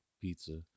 pizza